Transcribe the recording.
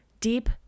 deep